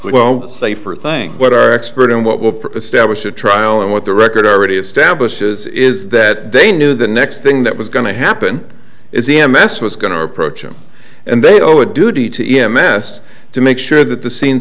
well safer thing but our expert in what will stablish a trial and what the record already establishes is that they knew the next thing that was going to happen is e m s was going to approach him and they owe a duty to e m s to make sure that the scene